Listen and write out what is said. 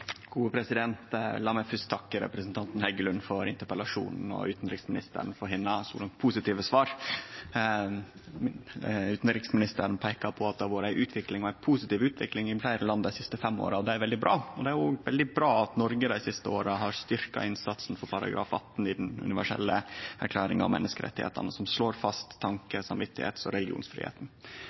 Heggelund for interpellasjonen og utanriksministeren for hennar positive svar. Utanriksministeren peika på at det har vore ei utvikling – ei positiv utvikling – i fleire land dei siste fem åra, og det er veldig bra. Det er òg veldig bra at Noreg dei siste åra har styrkt innsatsen i samband med artikkel 18 i den universelle erklæringa om menneskerettane, som slår fast tanke-, samvits- og